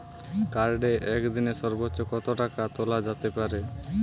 কার্ডে একদিনে সর্বোচ্চ কত টাকা তোলা যেতে পারে?